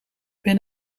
ben